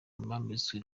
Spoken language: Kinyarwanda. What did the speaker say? bambitswe